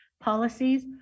policies